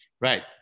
Right